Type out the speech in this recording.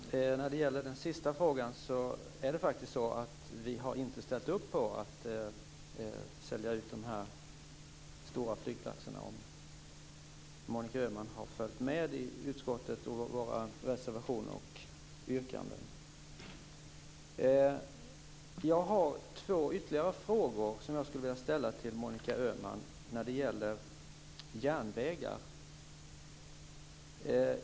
Herr talman! När det gäller den sista frågan är det faktiskt så att vi inte har ställt upp på att sälja ut dessa stora flygplatser. Om Monica Öhman hade följt med i utskottet, i våra reservationer och i våra yrkanden hade hon vetat det. Jag har två ytterligare frågor som jag skulle vilja ställa till Monica Öhman om järnvägar.